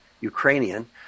Ukrainian